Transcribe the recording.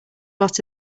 lot